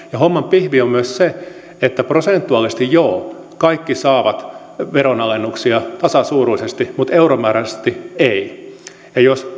homman pihvi on myös se että prosentuaalisesti joo kaikki saavat veronalennuksia tasasuuruisesti mutta euromääräisesti eivät ja jos